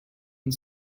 and